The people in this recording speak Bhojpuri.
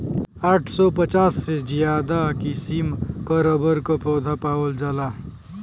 आठ सौ पचास से ज्यादा किसिम क रबर क पौधा पावल जाला